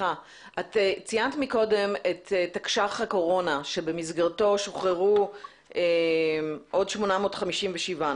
את ציינת מקודם את תקש"ח הקורונה שבמסגרתם שוחררו עוד 857,